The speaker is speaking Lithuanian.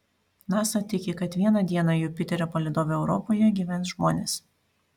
nasa tiki kad vieną dieną jupiterio palydove europoje gyvens žmonės